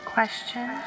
Question